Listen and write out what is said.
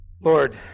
lord